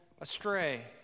astray